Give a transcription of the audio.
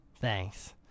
thanks